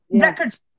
Records